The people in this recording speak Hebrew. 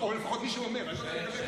אינו נוכח.